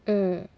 mm